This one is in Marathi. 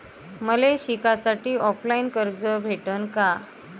मले शिकासाठी ऑफलाईन कर्ज भेटन का?